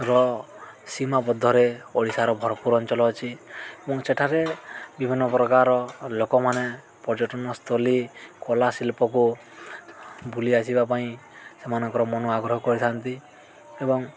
ର ସୀମାବଦ୍ଧରେ ଓଡ଼ିଶାର ଭରପୁର ଅଞ୍ଚଳ ଅଛି ଏବଂ ସେଠାରେ ବିଭିନ୍ନ ପ୍ରକାର ଲୋକମାନେ ପର୍ଯ୍ୟଟନସ୍ଥଳୀ କଳାଶିଳ୍ପକୁ ବୁଲିଆସିବା ପାଇଁ ସେମାନଙ୍କର ମନ ଆଗ୍ରହ କରିଥାନ୍ତି ଏବଂ